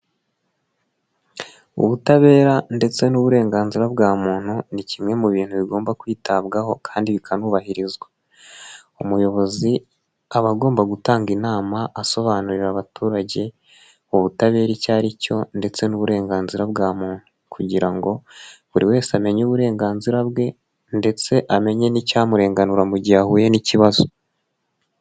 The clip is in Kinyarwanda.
Ubutabera ndetse n'uburenganzira bwa muntu ni kimwe mu bintu bigomba kwitabwaho kandi bikanubahirizwa. Umuyobozi aba agomba gutanga inama asobanurira abaturage, ubutabera icyo ari cyo ndetse n'uburenganzira bwa muntu kugira ngo buri wese amenye uburenganzira bwe ndetse amenye n'icyamurenganura mu gihe ahuye n'ikibazo.